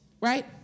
Right